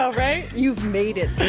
so right? you've made it,